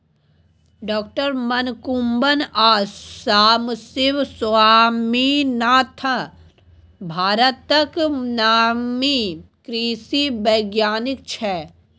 डॉ मनकुंबन आ सामसिब स्वामीनाथन भारतक नामी कृषि बैज्ञानिक छै